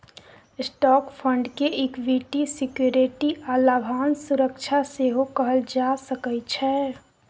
stock fund के equity security आ लाभांश सुरक्षा सेहो कहल जा सकइ छै